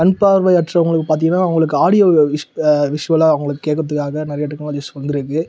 கண் பார்வையற்றவங்களுக்கு பார்த்திங்கன்னா அவங்களுக்கு ஆடியோ வழி விஷ் விஷுவலாக அவங்களுக்கு கேட்கறதுக்காக நிறைய டெக்னாலஜிஸ் வந்துருக்கு